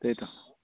त्यही त